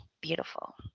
Beautiful